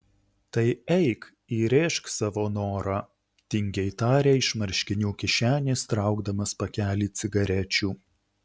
tai eik įrėžk savo norą tingiai tarė iš marškinių kišenės traukdamas pakelį cigarečių